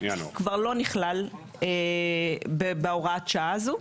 כבר לא נכלל בהוראת השעה הזו.